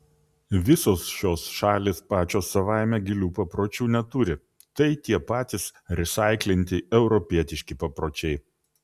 visos šios šalys pačios savaime gilių papročių neturi tai tie patys resaiklinti europietiški papročiai